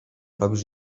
robisz